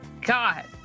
god